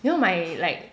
you know my like